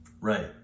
Right